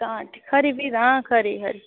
हां खरी भी तां खरी खरी